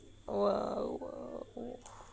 !whoa! !whoa!